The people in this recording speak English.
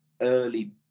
early